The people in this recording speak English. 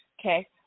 Okay